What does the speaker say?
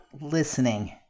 listening